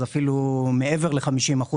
זה אפילו מעבר ל-50%,